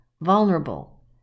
vulnerable